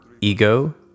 ego